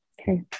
Okay